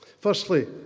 Firstly